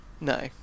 No